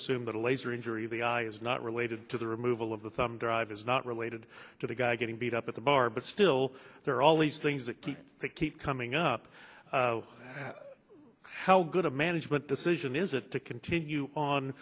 assume that a laser injury of the eye is not related to the removal of the thumb drive is not related to the guy getting beat up at the bar but still there are all these things that keep to keep coming up how good a management decision is it's to continue on